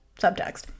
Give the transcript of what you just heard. subtext